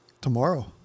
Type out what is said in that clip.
Tomorrow